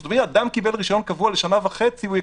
אם אדם קיבל רישיון קבוע לשנה וחצי,